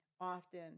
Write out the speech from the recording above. often